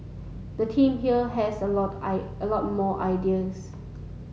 the team here has a lot eye a lot more ideas